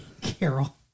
Carol